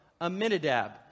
Aminadab